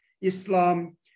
Islam